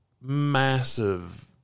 massive